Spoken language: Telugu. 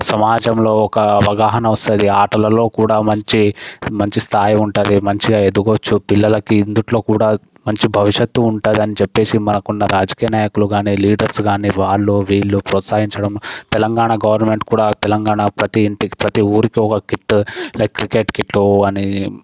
సమాజములో ఒక అవగాహన వస్తుంది ఆటలలో కూడా మంచి మంచి స్థాయి ఉంటుంది మంచిగా ఎదగవచ్చు పిల్లలకి ఇందులో కూడా మంచి భవిష్యత్తు ఉంటుందని చెప్పేసి మనకున్న రాజకీయ నాయకులు కానీ లీడర్స్ కానీ వాళ్ళు వీళ్ళు ప్రోత్సహించడం తెలంగాణ గవర్నమెంట్ కూడా తెలంగాణ ప్రతీ ఇంటికి ప్రతీ ఊరికి ఒక కిట్టు లైక్ క్రికెట్ కిట్టు అనేది